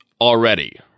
already